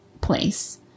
place